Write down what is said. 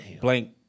blank